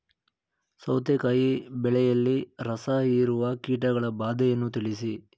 ಸೌತೆಕಾಯಿ ಬೆಳೆಯಲ್ಲಿ ರಸಹೀರುವ ಕೀಟಗಳ ಬಾಧೆಯನ್ನು ತಿಳಿಸಿ?